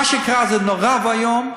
מה שקרה זה נורא ואיום,